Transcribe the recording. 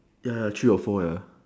ya ya three or four ya